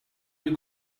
you